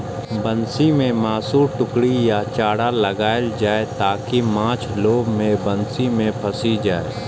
बंसी मे मासुक टुकड़ी या चारा लगाएल जाइ, ताकि माछ लोभ मे बंसी मे फंसि जाए